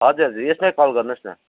हजुर हजुर यसमै कल गर्नुहोस् न